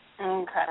Okay